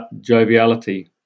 joviality